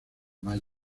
mayo